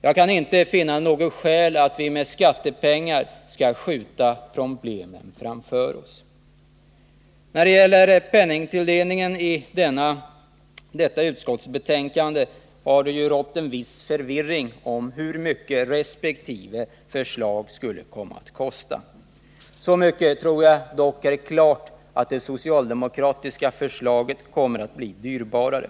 Jag kan inte finna något skäl för att vi med hjälp av skattepengar skall skjuta problemen framför oss. När det gäller den penningtilldelning som behandlas i detta betänkande har det rått en viss förvirring om hur mycket resp. förslag skulle komma att kosta. Så mycket tror jag dock är klart att det socialdemokratiska förslaget kommer att bli dyrbarare.